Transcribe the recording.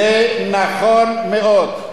זה נכון מאוד.